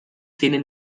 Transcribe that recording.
tienen